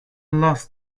lost